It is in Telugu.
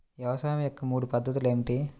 వ్యవసాయం యొక్క మూడు పద్ధతులు ఏమిటి?